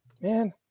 man